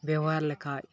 ᱵᱮᱣᱦᱟᱨ ᱞᱮᱠᱷᱟᱡ